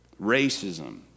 racism